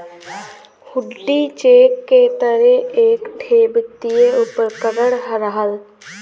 हुण्डी cheque के तरे एक ठे वित्तीय उपकरण रहल